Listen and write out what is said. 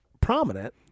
prominent